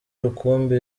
rukumbi